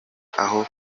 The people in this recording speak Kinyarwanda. aho